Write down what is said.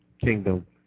kingdom